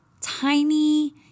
tiny